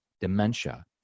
dementia